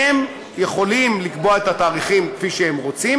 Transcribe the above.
הם יכולים לקבוע את התאריכים כפי שהם רוצים,